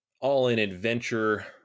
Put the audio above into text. all-in-adventure